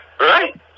Right